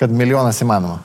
kad milijonas įmanoma